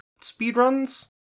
speedruns